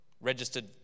Registered